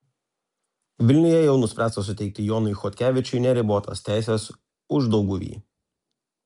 vilniuje jau nuspręsta suteikti jonui chodkevičiui neribotas teises uždauguvy